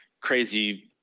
crazy